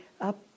up